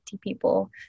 people